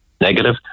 negative